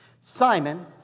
Simon